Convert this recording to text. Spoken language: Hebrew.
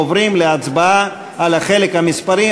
עוברים להצבעה על החלק המספרי.